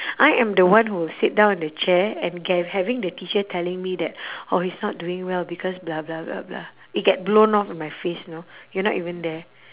I am the one who sit down on the chair and get having the teacher telling me that oh he's not doing well because blah blah blah blah it get blown off in my face you know you're not even there